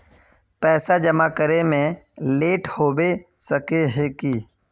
पैसा जमा करे में लेट होबे सके है की?